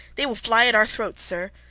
they will fly at our throats, sir.